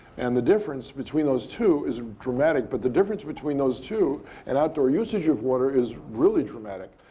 and the difference between those two is dramatic. but the difference between those two and outdoor usage of water is really dramatic.